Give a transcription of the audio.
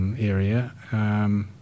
area